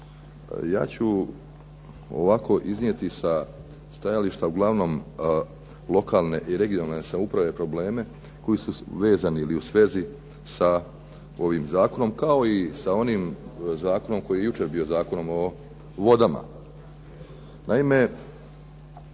Ja ću ovako iznijeti sa stajališta uglavnom lokalne i regionalne samouprave probleme koji su vezani ili u svezi sa ovim zakonom kao i sa onim zakonom koji je jučer bio, Zakonom o vodama.